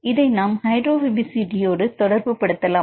இதை நாம் ஹைட்ரோபோபசிட்டியோடு தொடர்பு படுத்தலாம்